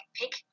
pick